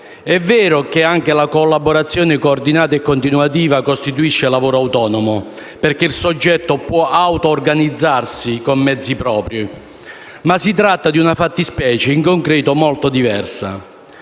È vero che anche la collaborazione coordinata e continuativa costituisce lavoro autonomo, perché il soggetto può organizzarsi con mezzi propri, tuttavia si tratta di una fattispecie in concreto molto diversa.